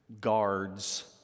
guards